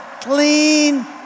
clean